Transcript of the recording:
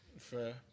Fair